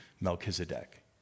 Melchizedek